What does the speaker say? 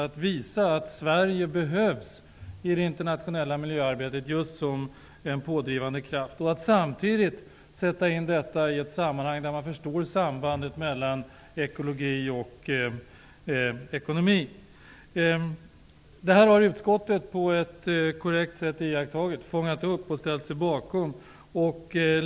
Man visar att Sverige behövs i det internationella miljöarbetet just som en pådrivande kraft. Samtidigt sätts detta in i ett sammanhang där man förstår sambandet mellan ekologi och ekonomi. Det här har utskottet på ett korrekt sätt iakttagit, fångat upp och ställt sig bakom.